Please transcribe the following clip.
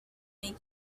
make